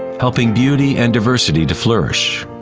helping beauty and diversity to flourish.